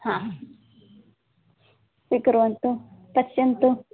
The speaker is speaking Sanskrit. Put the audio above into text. हा स्वीकुर्वन्तु पश्यन्तु